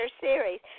series